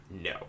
no